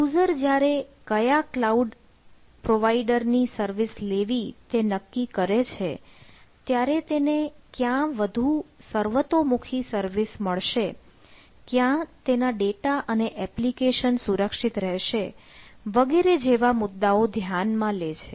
user જ્યારે કયા cloud provider ની સર્વિસ લેવી તે નક્કી કરે છે ત્યારે તેને ક્યાં વધુ સર્વતોમુખી સર્વિસ મળશે ક્યાં તેના ડેટા અને એપ્લિકેશન સુરક્ષિત રહેશે વગેરે જેવા મુદ્દાઓ ધ્યાનમાં લે છે